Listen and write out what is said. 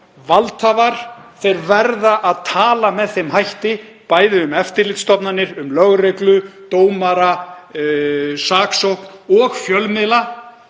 valdhafar verða að tala með þeim hætti, bæði um eftirlitsstofnanir, um lögreglu, dómara, saksókn og fjölmiðla,